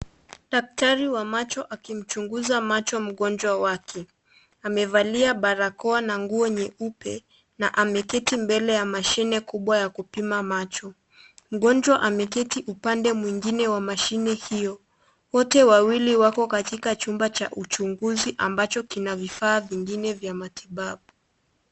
Daktari wa macho akimchunguza macho mgonjwa wake. Amevalia barakoa na nguo nyeupe na ameketi mbele ya mashine kubwa ya kupima macho. Mgonjwa ameketi upande mwingine wa mashine hiyo. Wote wawili wako katika chumba cha uchunguzi ambacho kina vifaa vingine vya matibabu.